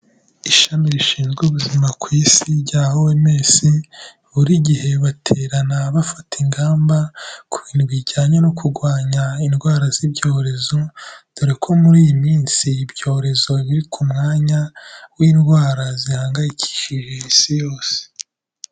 Ishami rishinzwe ubuzima ku isi rya OMS, buri gihe baterana bafata ingamba, ku bintu bijyanye no kurwanya indwara z'ibyorezo, dore ko muri iyi minsi ibyorezo biri ku mwanya, w'indwara zihangayikishije isi yose.